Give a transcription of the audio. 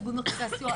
איגוד מרכזי הסיוע,